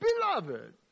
Beloved